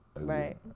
Right